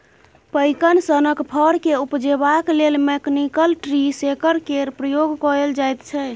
पैकन सनक फर केँ उपजेबाक लेल मैकनिकल ट्री शेकर केर प्रयोग कएल जाइत छै